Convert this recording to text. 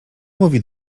mówi